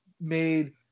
made